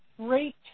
great